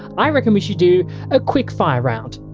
i reckon we should do a quickfire round.